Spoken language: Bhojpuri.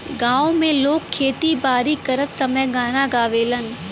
गांव में लोग खेती बारी करत समय गाना गावेलन